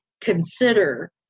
consider